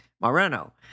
Moreno